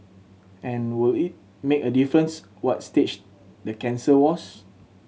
and would it make a difference what stage the cancer was